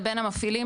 לבין המפעילים,